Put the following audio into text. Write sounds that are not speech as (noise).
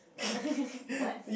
(laughs) what